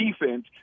defense